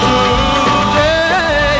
Today